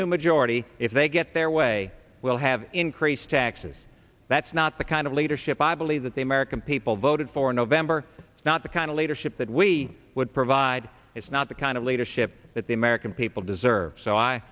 new majority if they get their way we'll have increased taxes that's not the kind of leadership i believe that the american people voted for in november not the kind of leadership that we would provide it's not the kind of leadership that the american people deserve so